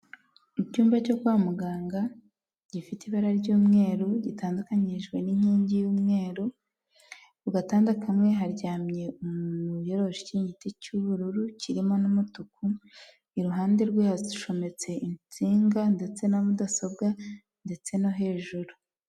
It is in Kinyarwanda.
Icyumba cyo kwa muganga gifite ibara ry'umweru gitandukanyijwe n'inkingi y'umweru , ku gatanda kamwe haryamye umuntu wiyoroshe ikiringiti cy'ubururu kirimo n'umutuku, iruhande rwe hacometse insinga ndetse na mudasobwa ndetse no hejuru.